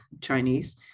Chinese